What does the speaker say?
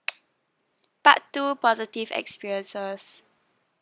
part two positive experiences